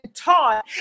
taught